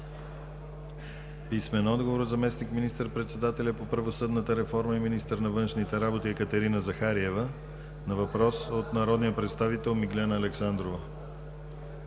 Виолета Желева; - заместник министър-председателя по правосъдната реформа и министър на външните работи Екатерина Захариева на въпрос от народния представител Миглена Александрова;